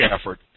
effort